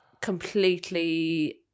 completely